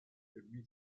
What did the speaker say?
celui